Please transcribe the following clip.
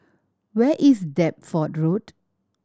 where is Deptford Road